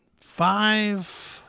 five